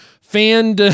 fan